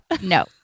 No